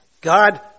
God